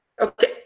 Okay